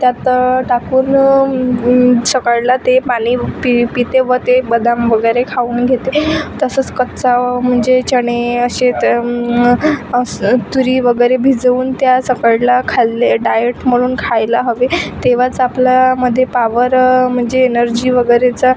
त्यात टाकून सकाळी ते पाणी पी पिते व ते बदाम वगैरे खाऊन घेते तसंच कच्चा म्हणजे चणे असे तर असं तुरी वगैरे भिजवून त्या सकाळी खाल्ले डायट म्हणून खायला हवे तेव्हाच आपल्यामध्ये पावर म्हणजे एनर्जी वगैरेचं